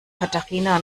katharina